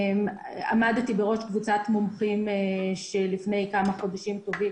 עמדתי בראש קבוצת מומחים שלפני כמה חודשים טובים